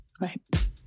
Right